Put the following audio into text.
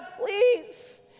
please